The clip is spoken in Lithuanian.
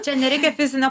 čia nereikia fizinio